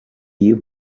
you